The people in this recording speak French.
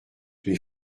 les